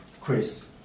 Chris